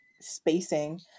spacing